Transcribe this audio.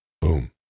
Boom